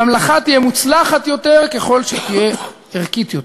הממלכה תהיה מוצלחת יותר ככל שהיא תהיה ערכית יותר.